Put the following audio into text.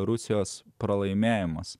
rusijos pralaimėjimas